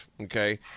Okay